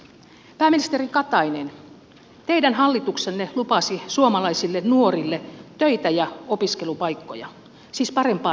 pääministeri katainen teidän hallituksenne lupasi suomalaisille nuorille töitä ja opiskelupaikkoja siis parempaa tulevaisuutta